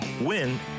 win